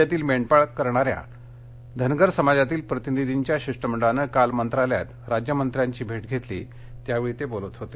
राज्यातील मेंढपाळ करणाऱ्या धनगर समाजातील प्रतिनिधींच्या शिष्टमंडळाने काल मंत्रालयात राज्यमंत्र्यांची भेट घेतली त्यावेळी ते बोलत होते